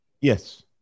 Yes